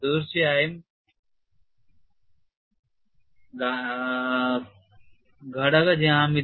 തീർച്ചയായും ഘടക ജ്യാമിതി